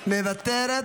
מוותרת,